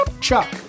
chuck